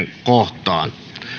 kohtaan